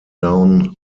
down